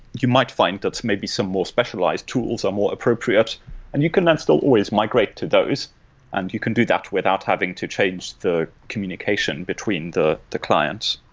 you might find that maybe some more specialized tools are more appropriate and you can then still always migrate to those and you can do that without having to change the communication between the the client,